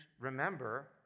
remember